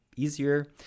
easier